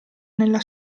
nella